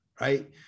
right